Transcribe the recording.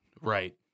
Right